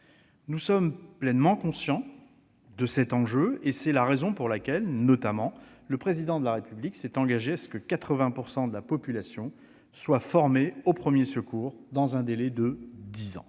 Nous sommes pleinement conscients de cet enjeu ; c'est la raison pour laquelle le Président de la République s'est engagé à ce que 80 % de la population soit formée aux premiers secours dans un délai de dix ans.